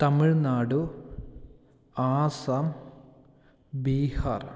Tamil Nadu Assam Bihar